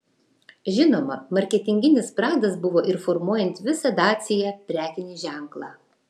žinoma marketinginis pradas buvo ir formuojant visą dacia prekinį ženklą